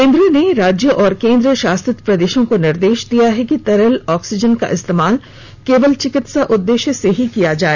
केन्द्र ने राज्य और केन्द्र शासित प्रदेशों को निर्देश दिया है कि तरल ऑक्सीजन का इस्तेमाल केवल चिकित्सा उद्देश्य से ही किया जाए